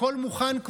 הכול כבר מוכן.